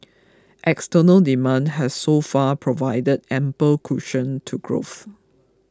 external demand has so far provided ample cushion to growth